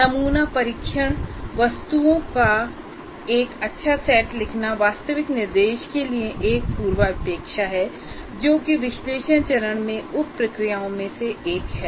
नमूना परीक्षण वस्तुओं का एक अच्छा सेट लिखना वास्तविक निर्देश के लिए एक पूर्वापेक्षा है जो की विश्लेषण चरण में उप प्रक्रियाओं में से एक हैं